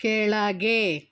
ಕೆಳಗೆ